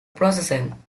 processing